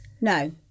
no